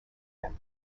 him